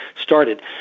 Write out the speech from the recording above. started